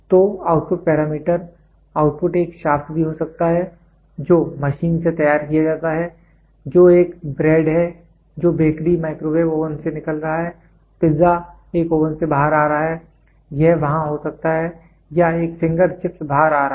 तो output parameter output एक shaft भी हो सकता है जो मशीन से तैयार किया जाता है जो एक ब्रेड है जो बेकरी माइक्रोवेव ओवन से निकल रहा है पिज्जा एक ओवन से बाहर आ रहा है यह वहां हो सकता है या एक फिंगर चिप्स बाहर आ रहा है